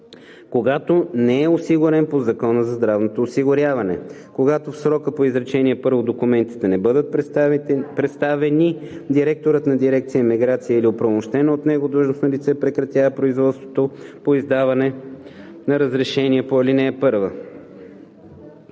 когато не е осигурен по Закона за здравното осигуряване. Когато в срока по изречение първо документите не бъдат представени, директорът на дирекция „Миграция“ или оправомощено от него длъжностно лице прекратява производството по издаване на разрешение по ал. 1.